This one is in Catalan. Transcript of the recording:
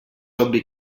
obvi